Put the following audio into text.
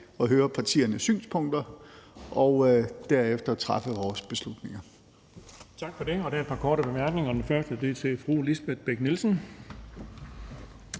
at høre partiernes synspunkter og derefter træffe vores beslutninger.